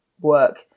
work